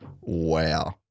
wow